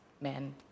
men